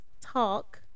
talk